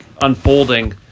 unfolding